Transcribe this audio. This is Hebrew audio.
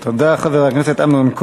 תודה, חבר הכנסת אמנון.